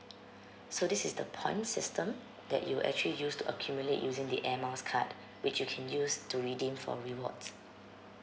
so this is the point system that you will actually use to accumulate using the air miles card which you can use to redeem for rewards